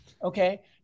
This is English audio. Okay